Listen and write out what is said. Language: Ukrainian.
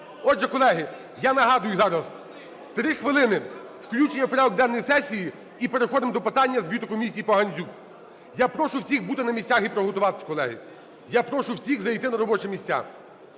Отже, колеги, я нагадую, зараз 3 хвилини – включення в порядок денної сесії, і переходимо до питання звіту Комісії по Гандзюк. Я прошу всіх бути на місцях і приготуватись, колеги. Я прошу всіх зайти на робочі місця,